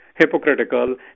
hypocritical